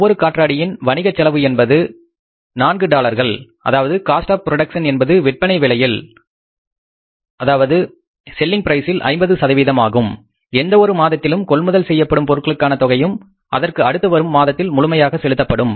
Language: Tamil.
ஒவ்வொரு காற்றாடியின் வணிக செலவு என்பது நான்கு டாலர்கள் அதாவது காஸ்ட் ஆஃ புரோடக்சன் என்பது செல்லிங் ப்ரைஸ்ல் 50 சதவீதமாகும் எந்த ஒரு மதத்திலும் கொள்முதல் செய்யப்படும் பொருட்களுக்கான தொகையும் அதற்கு அடுத்து வரும் மாதத்தில் முழுமையாக செலுத்தப்படும்